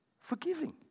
forgiving